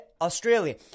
Australia